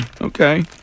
Okay